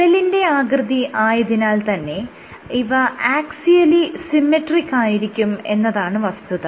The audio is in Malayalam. കുഴലിന്റെ ആകൃതി ആയതിനാൽ തന്നെ ഇവ ആക്സിയലി സിമെട്രിക് ആയിരിക്കും എന്നതാണ് വസ്തുത